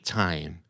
time